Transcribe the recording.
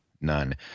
none